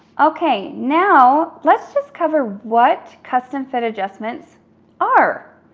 okay, now, let's just cover what custom fit adjustments are.